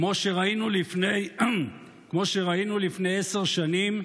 כמו שראינו לפני עשר שנים,